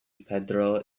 pedro